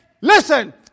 Listen